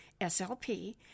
SLP